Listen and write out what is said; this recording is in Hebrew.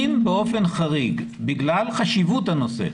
אם באופן חריג, בגלל חשיבות הנושא,